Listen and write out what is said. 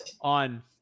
on